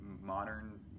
modern